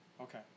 Okay